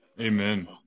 Amen